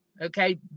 okay